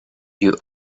you